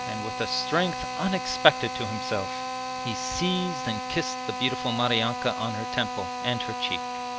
and with a strength unexpected to himself he seized and kissed the beautiful maryanka on her temple and her cheek.